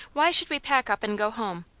why should we pack up and go home?